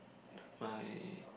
my